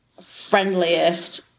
friendliest